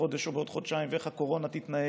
חודש או בעוד חודשיים ואיך הקורונה תתנהג,